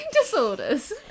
disorders